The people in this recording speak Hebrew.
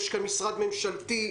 יש כאן משרד ממשלתי,